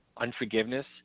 unforgiveness